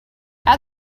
add